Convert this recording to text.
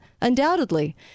Undoubtedly